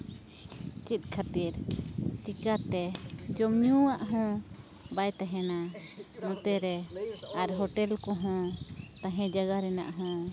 ᱪᱮᱫ ᱠᱷᱟᱹᱛᱤᱨ ᱪᱤᱠᱟᱹᱛᱮ ᱡᱚᱢᱼᱧᱩᱣᱟᱜ ᱦᱚᱸ ᱵᱟᱭ ᱛᱟᱦᱮᱱᱟ ᱱᱚᱛᱮᱨᱮ ᱟᱨ ᱦᱳᱴᱮᱞ ᱠᱚᱦᱚᱸ ᱛᱟᱦᱮᱱ ᱡᱟᱭᱜᱟ ᱨᱮᱱᱟᱜ ᱦᱚᱸ